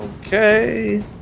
okay